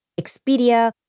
Expedia